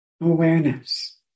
awareness